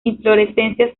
inflorescencias